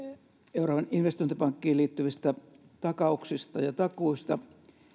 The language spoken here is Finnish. euroopan investointipankkiin liittyvistä takauksista ja takuista